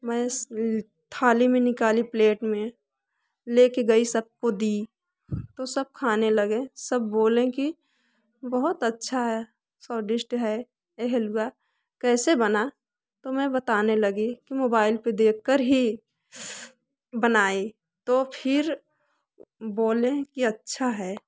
मैं थाली में निकाली प्लेट में लेके गई सब को दी तो सब खाने लगे सब बोलें कि बहुत अच्छा है स्वादिष्ट है ये हलुआ कैसे बना तो मैं बताने लगी कि मोबाइल पे देखकर ही बनाई तो फिर बोले कि अच्छा है